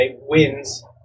wins